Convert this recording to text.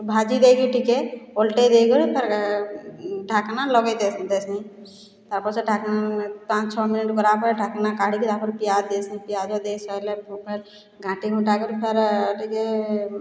ଭାଜି ଦେଇକି ଟିକେ ଓଲ୍ଟେଇ ଦେଇକିରି ଢ଼ାକ୍ନା ଲଗେଇ ଲଗେଇଦେସୁଁ ତାର୍ ପଛରେ ଢ଼ାକ୍ନା ପାଞ୍ଚ୍ ଛଅ ମିନିଟ୍ ଗଲାପରେ ଢ଼ାକ୍ନା କାଢ଼ିକି ତାପରେ ପିଆଜ ଦେସିଁ ପିଆଜ ଦେଇ ସାର୍ଲାପରେ ଘାଣ୍ଟିଘୁଁଟା କରି ଫେର୍ ଟିକେ